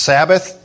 Sabbath